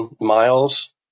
miles